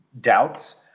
doubts